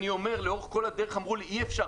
לאורך כל הדרך אמרו לי שאי אפשר.